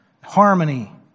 harmony